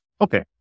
Okay